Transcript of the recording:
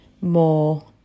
more